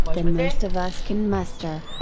than most of us can muster.